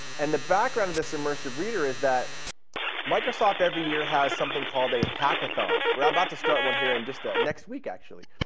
and the background of this immersive reader is that microsoft, every year, has something called a hackathon. we are about to start one here and just next week, actually.